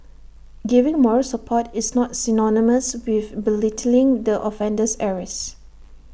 giving moral support is not synonymous with belittling the offender's errors